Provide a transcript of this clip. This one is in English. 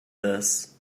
this